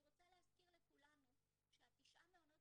אני רוצה להזכיר לכולנו שתשעה המעונות